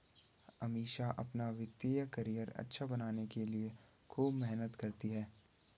अमीषा अपना वित्तीय करियर अच्छा बनाने के लिए खूब मेहनत करती है